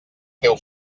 teu